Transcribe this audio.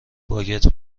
باگت